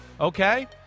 okay